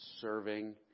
serving